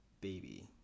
baby